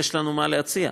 יש לנו מה להציע.